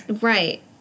Right